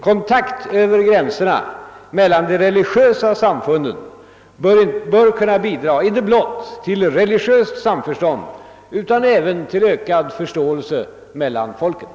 Kontakt över gränserna mellan de religiösa samfunden bör kunna bidra inte blott till religiöst samförstånd utan även till ökad förståelse mellan folken.